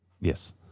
Yes